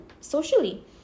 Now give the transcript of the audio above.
socially